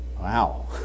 Wow